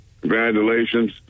congratulations